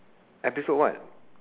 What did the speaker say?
episode what